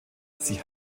sie